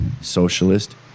socialist